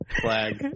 flag